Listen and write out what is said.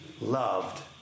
loved